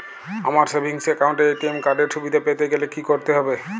আমার savings account এ ATM card এর সুবিধা পেতে গেলে কি করতে হবে?